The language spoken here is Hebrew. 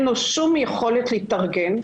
אין לו שום יכולת להתארגן,